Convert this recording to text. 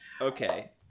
Okay